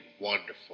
wonderful